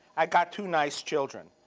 i got two nice children.